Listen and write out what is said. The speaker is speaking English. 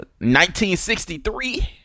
1963